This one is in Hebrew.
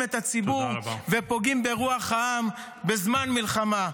את הציבור ופוגעים ברוח העם בזמן מלחמה.